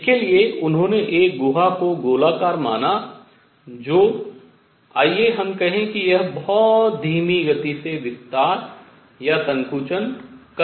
इसके लिए उन्होंने एक गुहा को गोलाकार माना जो आइए हम कहें कि यह बहुत धीमी गति से विस्तार या संकुचन कर रहा है